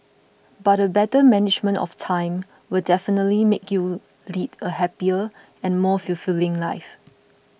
but a better management of time will definitely make you lead a happier and more fulfilling life